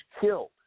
killed